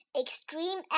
Extreme